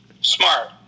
Smart